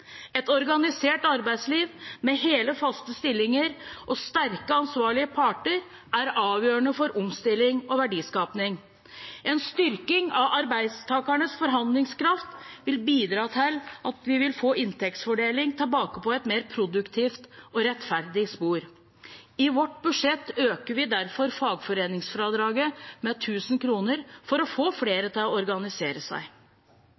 Et organisert arbeidsliv, med hele, faste stillinger og sterke, ansvarlige parter, er avgjørende for omstilling og verdiskaping. En styrking av arbeidstakernes forhandlingskraft vil bidra til at vi får inntektsfordelingen tilbake på et mer produktivt og rettferdig spor. I vårt budsjett øker vi derfor fagforeningsfradraget med 1 000 kr for å få flere til å organisere seg.